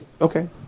Okay